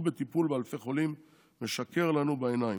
בטיפול באלפי חולים משקר לנו בעיניים.